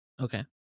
Okay